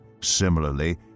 Similarly